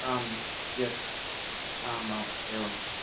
आम् यत् आम् आम् एवमस्तु